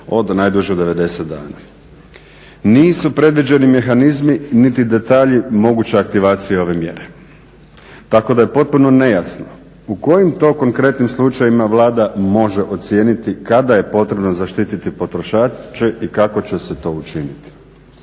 od najduže 90 dana. Nisi predviđeni mehanizmi niti detalji moguće aktivacije ove mjere tako da je potpuno nejasno u kojim to konkretnim slučajevima Vlada može ocijeniti kada je potrebno zaštiti potrošače i kako će se to učiniti.